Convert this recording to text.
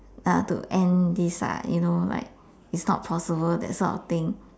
uh to end this ah you know like it's not possible that sort of thing